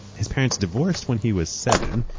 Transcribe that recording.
his parents divorced when he was seven,